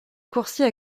coursiers